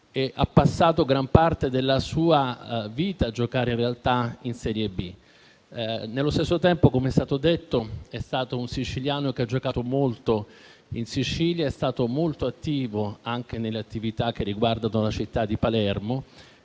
passato gran parte della sua vita a giocare in serie B. Inoltre, come è stato detto, è stato un siciliano che ha giocato molto in Sicilia ed è stato molto attivo nelle attività che riguardano la città di Palermo.